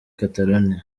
catalonia